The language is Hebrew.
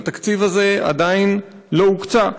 התקציב הזה עדיין לא הוקצה.